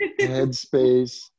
headspace